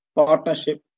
partnership